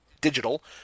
digital